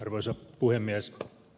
arvoisa puhemies